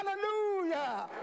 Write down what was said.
Hallelujah